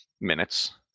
Minutes